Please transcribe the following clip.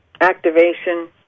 activation